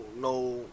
no